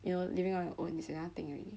you know living on your own is another thing already